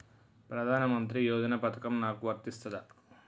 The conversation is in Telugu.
ప్రధానమంత్రి యోజన పథకం నాకు వర్తిస్తదా?